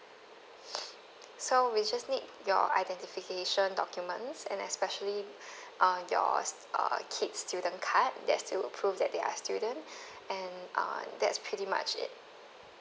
so we just need your identification documents and especially uh your uh kids' student card that still prove that they are student and uh that's pretty much it